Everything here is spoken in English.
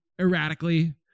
erratically